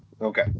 Okay